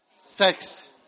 Sex